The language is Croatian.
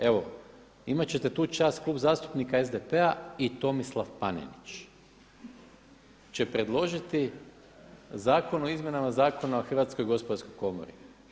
Evo imat ćete tu čast Klub zastupnika SDP-a i Tomislav Panenić će predložiti Zakon o izmjenama Zakona o Hrvatskoj gospodarskoj komori.